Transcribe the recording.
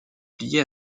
plier